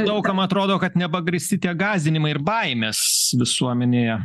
daug kam atrodo kad nepagrįsti tie gąsdinimai ir baimės visuomenėje